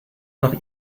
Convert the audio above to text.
nach